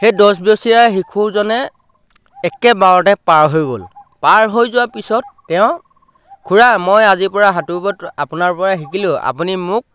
সেই দহ বছৰীয়া শিশুজনে একেবাৰতে পাৰ হৈ গ'ল পাৰ হৈ যোৱাৰ পিছত তেওঁ খুৰা মই আজিৰপৰা সাঁতুৰিব আপোনাৰপৰা শিকিলোঁ আপুনি মোক